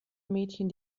mädchen